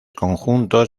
conjuntos